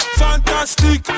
fantastic